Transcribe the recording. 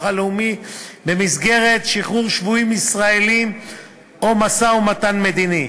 הלאומי במסגרת שחרור שבויים ישראלים או משא-ומתן מדיני.